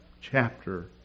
chapter